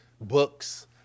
books